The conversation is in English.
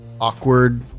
awkward